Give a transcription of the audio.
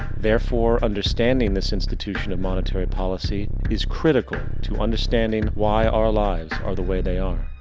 therefore, understanding this institution of monetary policy is critical to understanding why our lives are the way they are.